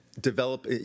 develop